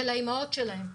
ולאימהות שלהן.